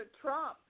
Trump